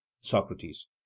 Socrates